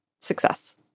success